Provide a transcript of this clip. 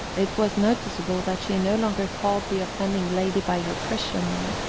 it was noticeable that she no longer called the offending lady by her christian name.